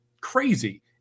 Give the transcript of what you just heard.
crazy